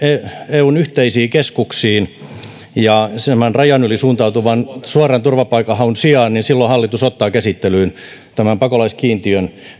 eun yhteisiin keskuksiin rajan yli suuntautuvan suoran turvapaikan haun sijaan niin silloin hallitus ottaa käsittelyyn tämän pakolaiskiintiön